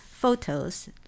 photos